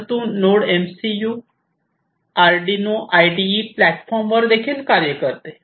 परंतु node MCU Arduino IDE प्लॅटफॉर्मवर देखील कार्य करते